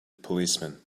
policeman